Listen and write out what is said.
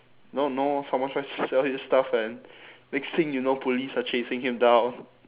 I don't know someone tries to sell you stuff and next thing you know police are chasing him down